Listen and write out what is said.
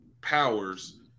powers –